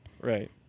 right